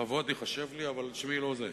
לכבוד ייחשב לי, אבל שמי לא זה.